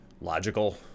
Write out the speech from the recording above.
logical